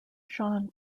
sean